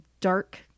dark